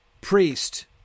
priest